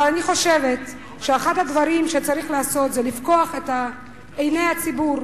אבל אני חושבת שאחד הדברים שצריך לעשות זה לפקוח את עיני הציבור,